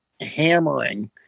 hammering